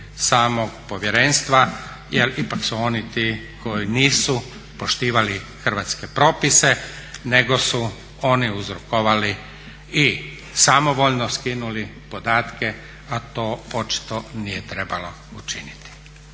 samog povjerenstva jer ipak su oni ti koji nisu poštivali hrvatske propise nego su oni uzrokovali i samovoljno skinuli podatke a to očito nije trebalo učiniti.